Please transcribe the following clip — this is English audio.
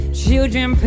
children